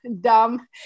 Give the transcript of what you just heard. dumb